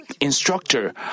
instructor